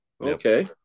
okay